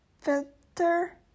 filter